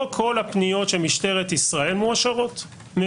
לא כל הפניות של משטרת ישראל מאושרות.